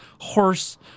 horse